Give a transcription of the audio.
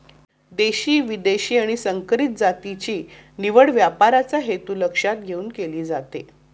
देशी, विदेशी आणि संकरित जातीची निवड व्यापाराचा हेतू लक्षात घेऊन केली जाते